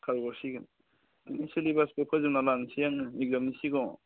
खारग'सिगोन सिलेबासखौ फोजोबना लानोसै आङो एक्जामनि सिगाङाव